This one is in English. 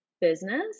business